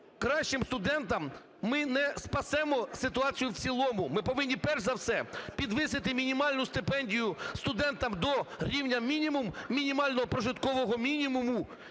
кращим студентам ми не спасемо ситуацію в цілому. Ми повинні, перш за все, підвищити мінімальну стипендію студентам до рівня мінімум – мінімального прожиткового мінімуму